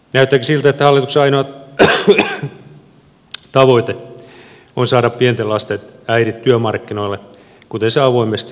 näyttääkin siltä että hallituksen ainoa tavoite on saada pienten lasten äidit työmarkkinoille kuten se avoimesti on todennut